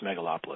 megalopolis